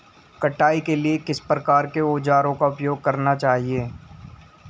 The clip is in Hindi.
कटाई के लिए किस प्रकार के औज़ारों का उपयोग करना चाहिए?